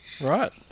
Right